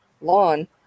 lawn